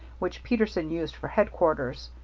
which peterson used for headquarters.